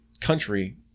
country